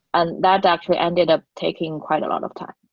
and that actually ended up taking quite a lot of time.